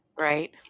right